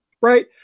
right